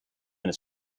his